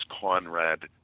Conrad